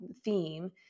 theme